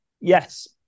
Yes